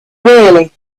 really